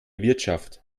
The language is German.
wirtschaft